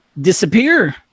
disappear